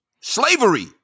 Slavery